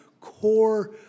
core